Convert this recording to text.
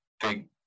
big